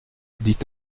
dit